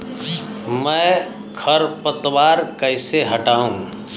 मैं खरपतवार कैसे हटाऊं?